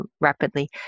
rapidly